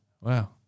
wow